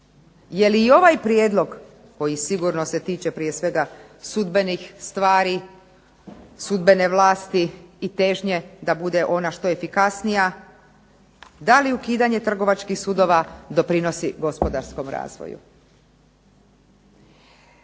Je li i ovaj prijedlog koji sigurno se tiče prije svega sudbenih stvari, sudbene vlasti i težnje da bude ona što efikasnija, da li ukidanje trgovačkih sudova doprinosi gospodarskom razvoju?